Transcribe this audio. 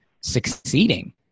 succeeding